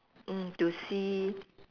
mm to see